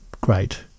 great